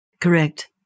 Correct